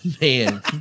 Man